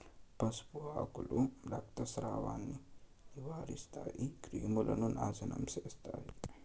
పసుపు ఆకులు రక్తస్రావాన్ని నివారిస్తాయి, క్రిములను నాశనం చేస్తాయి